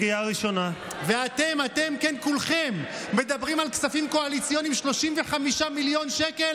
אתם לא נותנים להם שכר.